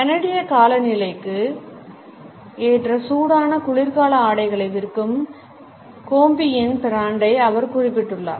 கனடிய காலநிலைக்கு ஏற்ற சூடான குளிர்கால ஆடைகளை விற்கும் கோம்பியின் பிராண்டை அவர் குறிப்பிட்டுள்ளார்